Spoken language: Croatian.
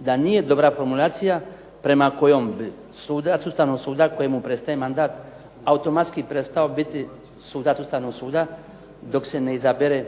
da nije dobra formulacija prema kojoj sudac Ustavnog suda kojemu prestaje mandat automatski prestao biti sudac Ustavnog suda dok se ne izabere